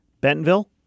Bentonville